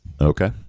Okay